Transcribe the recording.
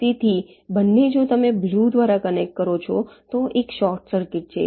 તેથી બંને જો તમે બ્લૂ દ્વારા કનેક્ટ કરો છો તો એક શોર્ટ સર્કિટ છે